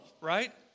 right